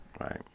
Right